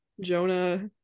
Jonah